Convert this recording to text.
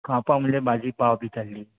खावपाक म्हणल्यार भाजी पाव बी तशी